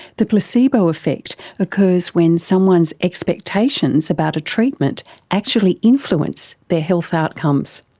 the placebo effect occurs when someone's expectations about a treatment actually influence their health outcomes.